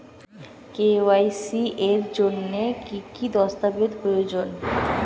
KYC এর জন্যে কি কি দস্তাবেজ প্রয়োজন?